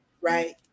right